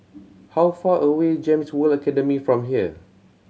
how far away is GEMS World Academy from here